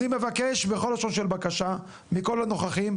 אני מבקש בכל לשון של בקשה מכל הנוכחים,